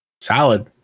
Salad